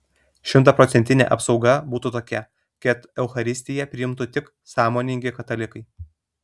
šimtaprocentinė apsauga būtų tokia kad eucharistiją priimtų tik sąmoningi katalikai